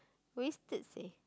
wasted seh